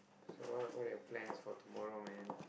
so what what you have plans for tomorrow man